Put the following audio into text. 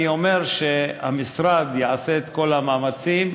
אני אומר שהמשרד יעשה את כל המאמצים.